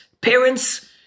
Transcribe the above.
parents